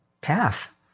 path